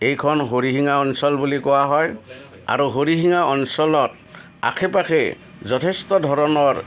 এইখন হৰিশিঙা অঞ্চল বুলি কোৱা হয় আৰু হৰিশিঙা অঞ্চলত আশে পাশে যথেষ্ট ধৰণৰ